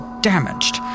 damaged